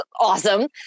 awesome